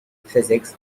physics